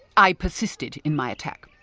i persisted in my attack.